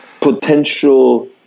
potential